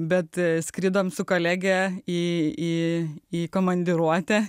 bet skridom su kolege į komandiruotę